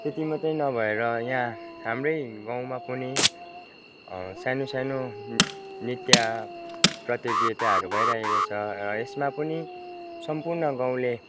त्यति मात्रै नभएर यहाँ हाम्रौ गाउँमा पनि सानो सानो नृत्य प्रतियोगिताहरू भइरहेको छ र यसमा पनि सम्पूर्ण गाउँले